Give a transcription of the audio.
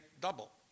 double